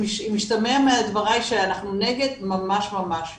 אם השתמע מדבריי שאנחנו נגד ממש ממש לא.